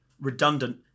redundant